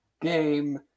game